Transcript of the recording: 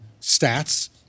stats